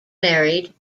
married